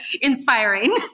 inspiring